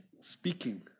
speaking